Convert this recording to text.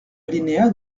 alinéa